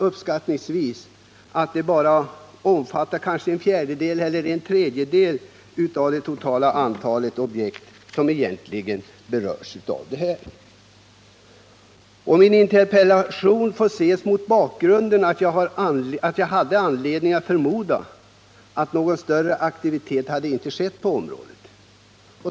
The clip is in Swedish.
Uppskattningsvis omfattar detta kanske bara en fjärdedel eller en tredjedel av det totala antalet objekt som egentligen berörs. Min interpellation får ses mot bakgrunden att jag hade anledning att förmoda att någon större aktivitet inte hade skett på området.